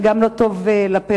וגם לא טוב לפריפריה.